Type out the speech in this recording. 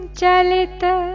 Chalita